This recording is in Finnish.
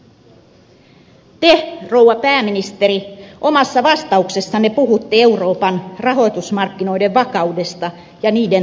te rouva pääministeri omassa vastauksessanne puhuitte euroopan rahoitusmarkkinoiden vakaudesta ja niiden turvaamisesta